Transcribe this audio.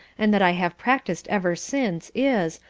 and that i have practised ever since is,